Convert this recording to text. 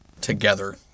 together